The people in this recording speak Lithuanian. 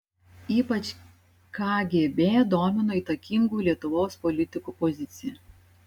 ypač kgb domino įtakingų lietuvos politikų pozicija